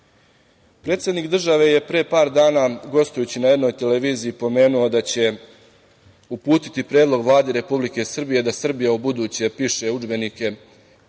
jača. Predsednik države je pre par dana, gostujući na jednoj televiziji, pomenuo da će uputiti predlog Vladi Republike Srbije da Srbija ubuduće piše udžbenike